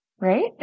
right